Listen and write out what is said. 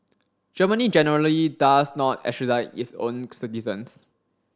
Germany generally does not extradite its own citizens